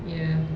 ya